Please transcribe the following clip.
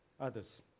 others